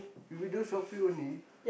you window shopping only